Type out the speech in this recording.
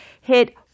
hit